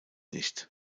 nicht